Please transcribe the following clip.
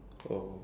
oh